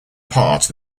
part